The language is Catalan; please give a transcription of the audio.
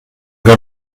que